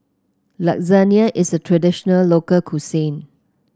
Lasagne is a traditional local cuisine